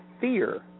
fear